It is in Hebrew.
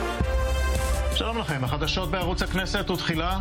16:11 ונתחדשה בשעה 18:01.)